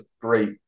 great